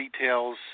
details